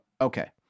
Okay